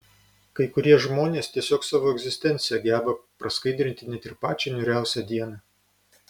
kai kurie žmonės tiesiog savo egzistencija geba praskaidrinti net ir pačią niūriausią dieną